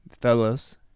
fellas